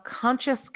conscious